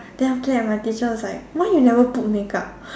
then after that my teacher was like why you never put makeup